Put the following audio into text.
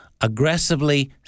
aggressively